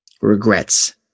Regrets